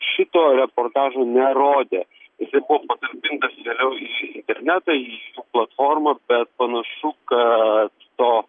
šito reportažo nerodė jisai buvo patalpintas vėliau į internetą į platformą bet panašu kad to